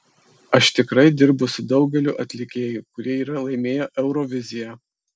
aš tikrai dirbu su daugeliu atlikėjų kurie yra laimėję euroviziją